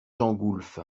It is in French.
gengoulph